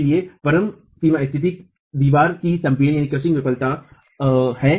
मेरे लिए परम सीमा स्तिथि दीवार की संपीडन विफलता है